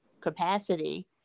capacity